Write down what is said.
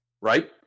right